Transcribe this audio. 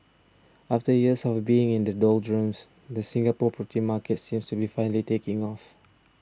after years of being in the doldrums the Singapore property market seems to be finally taking off